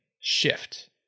shift